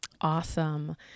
Awesome